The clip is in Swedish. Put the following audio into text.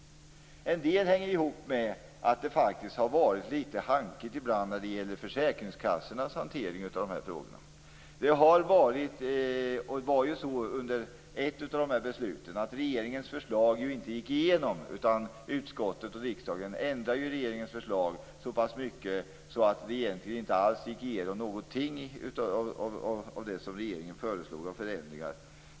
En del hänger ihop med att försäkringskassornas hantering av de här frågorna har varit litet hankig ibland. Regeringens förslag gick ju inte igenom i ett av de här besluten, utan utskottet och riksdagen ändrade det så pass mycket att egentligen inga av de förändringar som regeringen föreslagit gick igenom.